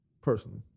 Personally